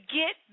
get